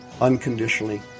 unconditionally